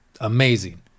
amazing